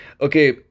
Okay